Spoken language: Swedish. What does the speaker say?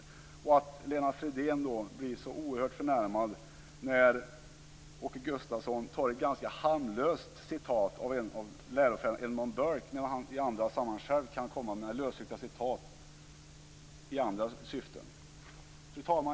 Det är också patetiskt när Lennart Fridén blir så oerhört förnärmad när Åke Gustavsson tar fram ett ganska harmlöst citat av en av lärofäderna, Edmund Burke, medan han själv i andra sammanhang kan komma med lösryckta citat i andra syften. Fru talman!